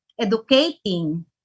educating